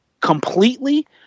completely